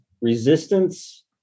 resistance